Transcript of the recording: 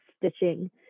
stitching